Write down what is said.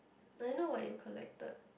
but you know what you collected